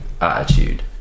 attitude